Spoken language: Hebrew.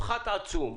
פחת עצום.